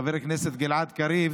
חבר הכנסת גלעד קריב,